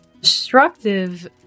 Destructive